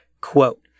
quote